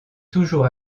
toujours